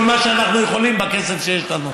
כל מה שאנחנו יכולים בכסף שיש לנו.